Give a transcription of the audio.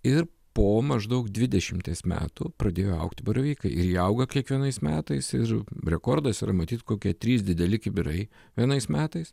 ir po maždaug dvidešimties metų pradėjo augti baravykai ir jie auga kiekvienais metais ir rekordas yra matyt kokie trys dideli kibirai vienais metais